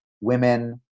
women